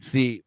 See